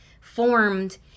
formed